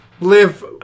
live